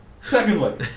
Secondly